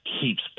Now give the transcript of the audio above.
keeps